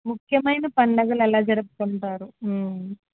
ముఖ్యమైన పండుగలు ఎలా జరుపుకుంటారు